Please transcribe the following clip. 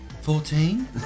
Fourteen